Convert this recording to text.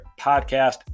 podcast